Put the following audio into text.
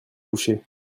couché